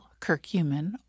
curcumin